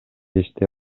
иштей